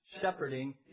shepherding